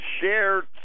shared